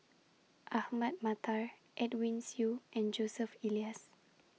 Ahmad Mattar Edwin Siew and Joseph Elias